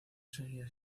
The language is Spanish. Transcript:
seguía